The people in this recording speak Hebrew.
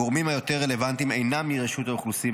הגורמים היותר-רלוונטיים אינם מרשות האוכלוסין,